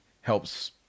helps